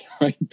right